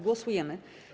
Głosujemy.